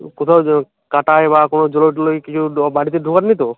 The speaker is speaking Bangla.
কোথাও যো কাঁটায় বা কোনো জলো টলোকে কিছু ডোব বাড়িতে ঢোকান নি তো